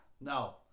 No